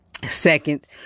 second